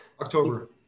October